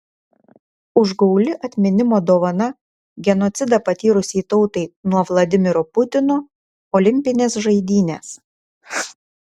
užgauli atminimo dovana genocidą patyrusiai tautai nuo vladimiro putino olimpinės žaidynės